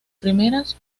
primeras